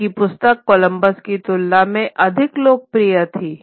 उनकी पुस्तक कोलंबस की तुलना में अधिक लोकप्रिय थी